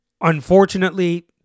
Unfortunately